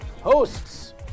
Hosts